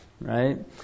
Right